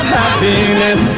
happiness